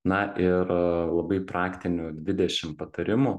na ir labai praktinių dvidešim patarimų